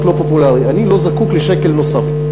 לא פופולרי: אני לא זקוק לשקל נוסף,